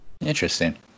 Interesting